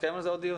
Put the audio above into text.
נקיים על זה דיון.